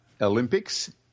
Olympics